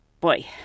boy